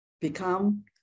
become